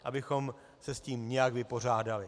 Abychom se s tím nějak vypořádali.